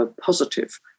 positive